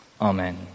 Amen